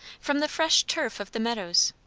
from the fresh turf of the meadows,